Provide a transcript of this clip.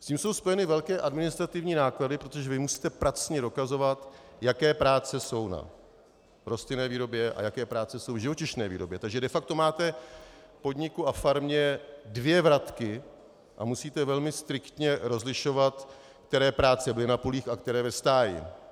S tím jsou spojeny velké administrativní náklady, protože vy musíte pracně dokazovat, jaké práce jsou v rostlinné výrobě a jaké práce jsou v živočišné výrobě, takže de facto máte v podniku a farmě dvě vratky a musíte velmi striktně rozlišovat, které práce byly na polích a které ve stáji.